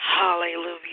Hallelujah